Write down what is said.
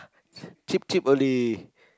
cheap cheap only